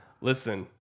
listen